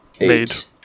Eight